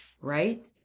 right